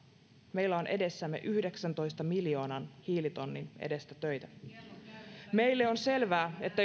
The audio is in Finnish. meillä on edessämme yhdeksäntoista miljoonan hiilitonnin edestä töitä meille on selvää että